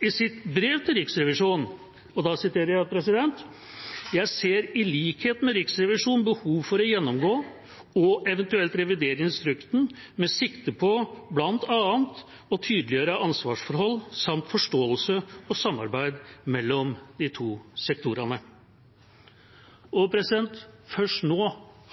i sitt brev til Riksrevisjonen: «Jeg ser, i likhet med Riksrevisjonen, behov for å gjennomgå og eventuelt revidere instruksen med sikte på blant annet å tydeliggjøre ansvarsforhold samt forståelsen og samarbeidet mellom de to sektorene.» Først nå